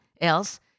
else